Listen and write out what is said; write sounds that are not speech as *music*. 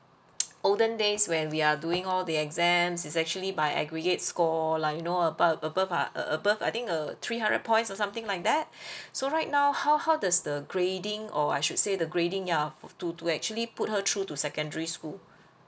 olden days when we are doing all the exams it's actually by aggregate score like you know about above ah uh above I think uh three hundred points or something like that *breath* so right now how how does the grading or I should say the grading of to to actually put her through to secondary school